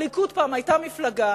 הליכוד פעם היה מפלגה